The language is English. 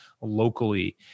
locally